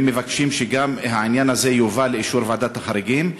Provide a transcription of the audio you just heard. והם מבקשים שגם העניין הזה יובא לאישור ועדת החריגים.